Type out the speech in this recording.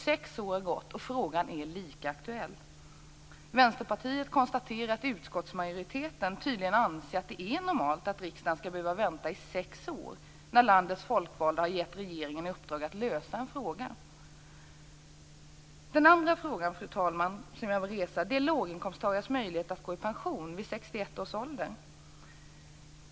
Sex år har gått, och frågan är fortfarande lika aktuell. Vänsterpartiet konstaterar att utskottsmajoriteten tydligen anser att det är normalt att riksdagen skall behöva vänta i sex år när landets folkvalda har gett regeringen i uppdrag att hitta en lösning på en fråga. Fru talman! Den andra frågan jag vill resa är låginkomsttagares möjlighet att gå i pension vid 61 års ålder.